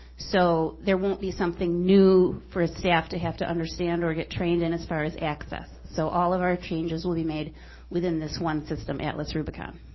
so there won't be something new for a staff to have to understand or get trained in as far as access. so all of our changes will be made within this one system, atlas rubicon.